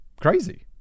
crazy